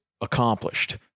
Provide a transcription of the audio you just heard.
accomplished